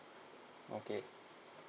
okay